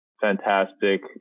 fantastic